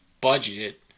budget